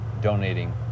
donating